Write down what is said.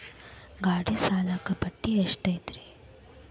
ಗಾಡಿ ಸಾಲಕ್ಕ ಬಡ್ಡಿ ಎಷ್ಟೈತ್ರಿ?